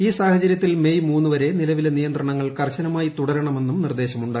ഈ സീഹച്ചര്യത്തിൽ മെയ് മൂന്ന് വരെ നിലവിലെ നിയന്ത്രണങ്ങൾ കർശനമായി തുടരണമെന്നും നിർദ്ദേശമുണ്ട്